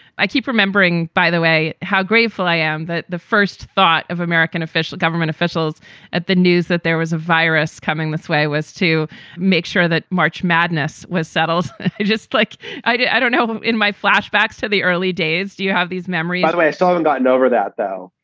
i keep remembering, by the way, how grateful i am that the first thought of american official government officials at the news that there was a virus coming this way was to make sure that march madness was settles just like i did. i don't know in my flashbacks to the early days. do you have these memories? i still haven't gotten over that, though.